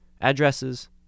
addresses